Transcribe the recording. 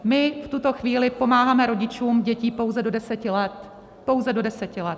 My v tuto chvíli pomáháme rodičům dětí pouze do 10 let, pouze do 10 let.